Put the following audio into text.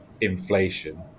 inflation